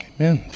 Amen